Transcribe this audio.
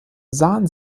sahen